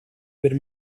per